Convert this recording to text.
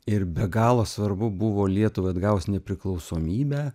ir be galo svarbu buvo lietuvai atgavus nepriklausomybę